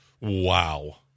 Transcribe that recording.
Wow